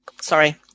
Sorry